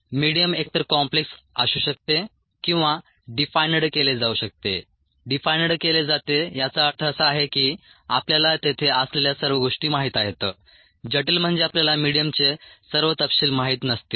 medium एकतर complex असू शकते किंवा डिफाइन्ड केले जाऊ शकते डिफाइन्ड केले जाते याचा अर्थ असा आहे की आपल्याला तेथे असलेल्या सर्व गोष्टी माहित आहेत जटिल म्हणजे आपल्याला मिडीयमचे सर्व तपशील माहित नसतील